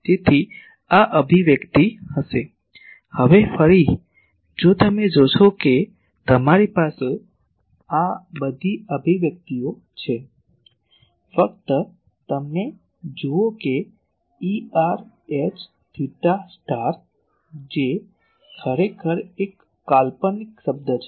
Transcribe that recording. તેથી આ અભિવ્યક્તિ હશે હવે ફરી જો તમે જોશો કે તમારી પાસે આ બધી અભિવ્યક્તિઓ છે ફક્ત તેમને જુઓ Er H𝜃 જે ખરેખર એક કાલ્પનિક શબ્દ છે